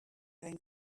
going